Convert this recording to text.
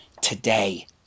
today